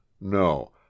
No